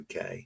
UK